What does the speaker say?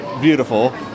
beautiful